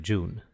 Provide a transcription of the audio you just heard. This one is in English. June